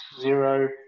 zero